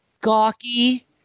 gawky